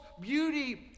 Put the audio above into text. beauty